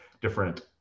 different